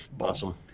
Awesome